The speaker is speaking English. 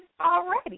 already